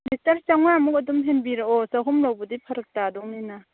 litre ꯆꯃꯉꯥꯃꯨꯛ ꯑꯗꯨꯝ ꯍꯦꯟꯕꯤꯔꯛꯑꯣ ꯆꯍꯨꯝ ꯂꯧꯕꯗꯤ ꯐꯔꯛ ꯇꯥꯗꯧꯅꯤꯅ